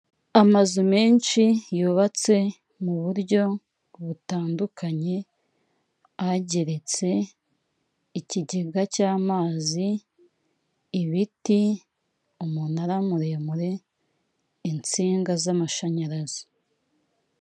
Amazu menshi yubatse mu buryo butandukanye, ageretse, ikigega cy'amazi, ibiti umunara muremure, insinga z'amashanyarazi.